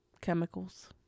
chemicals